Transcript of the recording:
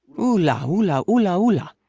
ou la, ou la, ou la, ou la.